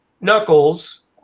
Knuckles